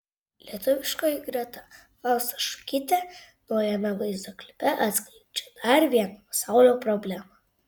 lietuviškoji greta fausta šukytė naujame vaizdo klipe atskleidžia dar vieną pasaulio problemą